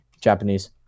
Japanese